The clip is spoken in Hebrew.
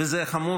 וזה חמור